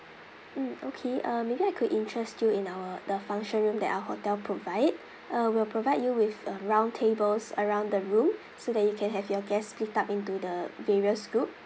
mm okay uh maybe I could interest you in our the function room that our hotel provide uh we'll provide you with uh round tables around the room so that you can have your guests split up into the various group